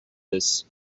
this